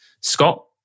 Scott